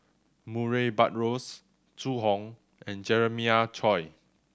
Murray Buttrose Zhu Hong and Jeremiah Choy